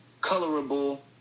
colorable